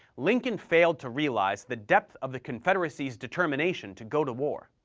lincoln failed to realize the depth of the confederacy's determination to go to war.